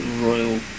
royal